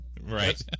Right